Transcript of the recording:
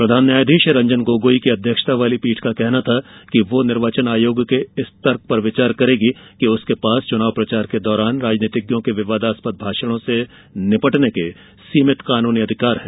प्रधान न्यायाधीश रंजन गोगोई की अध्यक्षता वाली पीठ का कहना था कि वह निर्वाचन आयोग के इस तर्क पर विचार करेगी कि उसके पास चुनाव प्रचार के दौरान राजनीतिज्ञों के घृणा भाषणों से निपटने के सीमित कानूनी अधिकार हैं